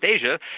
Asia